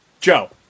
Joe